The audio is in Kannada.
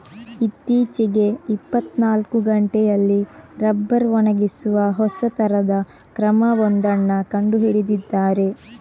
ಇತ್ತೀಚೆಗೆ ಇಪ್ಪತ್ತನಾಲ್ಕು ಗಂಟೆಯಲ್ಲಿ ರಬ್ಬರ್ ಒಣಗಿಸುವ ಹೊಸ ತರದ ಕ್ರಮ ಒಂದನ್ನ ಕಂಡು ಹಿಡಿದಿದ್ದಾರೆ